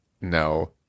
No